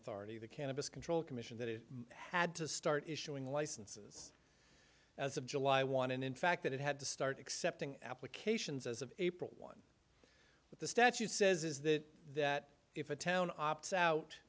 authority the cannabis control commission that it had to start issuing licenses as of july wanted in fact that it had to start accepting applications as of april one what the statute says is that that if a town opts out